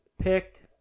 picked